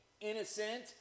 innocent